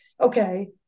Okay